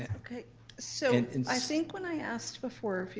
i so and i think when i asked before, if you